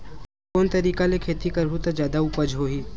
कोन तरीका ले खेती करहु त जादा उपज होही?